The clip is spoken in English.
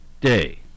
Day